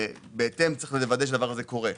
בהתאם יש לוודא שזה קורה.